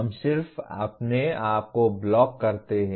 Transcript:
हम सिर्फ अपने आप को ब्लॉक करते हैं